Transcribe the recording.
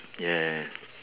ya ya ya